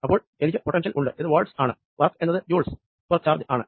അപ്പോൾ എനിക്ക് പൊട്ടൻഷ്യൽ ഉണ്ട് ഇത് വോൾട്സ് ആണ് വർക്ക് എന്നത് ജൂൾസ് പേര് ചാർജ് ആണ്